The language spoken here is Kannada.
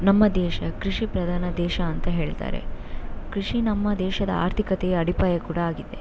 ನಮ್ಮ ದೇಶ ಕೃಷಿ ಪ್ರಧಾನ ದೇಶ ಅಂತ ಹೇಳ್ತಾರೆ ಕೃಷಿ ನಮ್ಮ ದೇಶದ ಆರ್ಥಿಕತೆಯ ಅಡಿಪಾಯ ಕೂಡ ಆಗಿದೆ